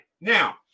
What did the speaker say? Now